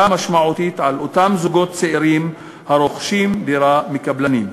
משמעותית על אותם זוגות צעירים הרוכשים דירה מקבלנים.